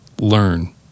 Learn